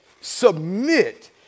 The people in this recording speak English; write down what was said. submit